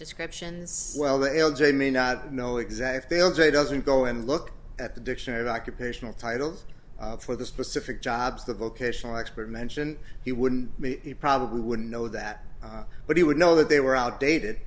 descriptions well the l j may not know exact day on day doesn't go and look at the dictionary occupational titles for the specific jobs the vocational expert mentioned he wouldn't probably wouldn't know that but he would know that they were outdated